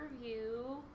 review